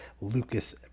Lucas